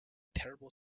terrible